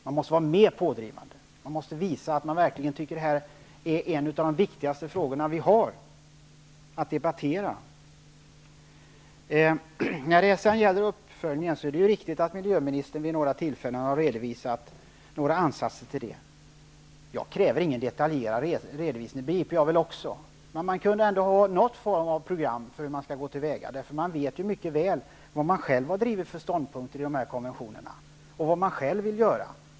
Man måste vara mera pådrivande och visa att man verkligen tycker att det här är en av de viktigaste frågorna vi har att debattera. Det är riktigt att miljöminstern vid några tillfällen har redovisat ansatser till uppföljning. Jag kräver ingen detaljerad redovisning. Men man kunde ändå få någon form av program för hur man skall gå till väga. Man vet ju mycket väl vilka ståndpunkter man själv har drivit i dessa konventioner och vad man själv vill göra.